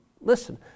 Listen